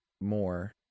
more